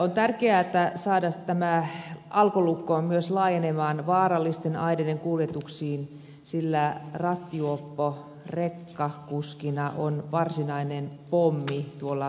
on tärkeätä saada tämä alkolukko laajenemaan myös vaarallisten aineiden kuljetuksiin sillä rattijuoppo rekkakuskina on varsinainen pommi tuolla maantiellä